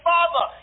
Father